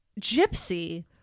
Gypsy